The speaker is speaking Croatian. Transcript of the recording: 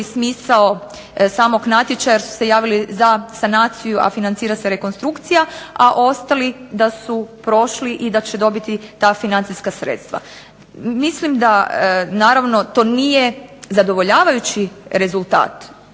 smisao samog natječaja jer su se javili za sanaciju, a financira se rekonstrukcija. A ostali da su prošli i da će dobiti ta financijska sredstva. Mislim da naravno to nije zadovoljavajući rezultat,